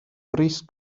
bris